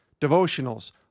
devotionals